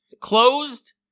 closed